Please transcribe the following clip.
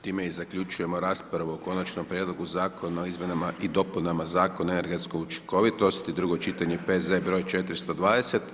Time i zaključujemo raspravu o Konačnom prijedlogu Zakona o izmjenama i dopunama Zakona o energetskoj učinkovitosti, drugo čitanje, P.Z. br. 420.